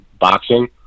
Boxing